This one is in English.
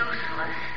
Useless